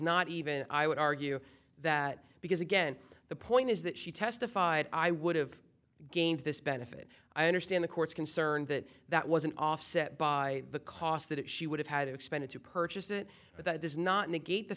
not even i would argue that because again the point is that she testified i would have gained this benefit i understand the court's concern that that wasn't offset by the cost that she would have had expended to purchase it but that does not negate the